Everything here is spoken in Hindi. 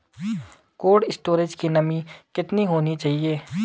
कोल्ड स्टोरेज की नमी कितनी होनी चाहिए?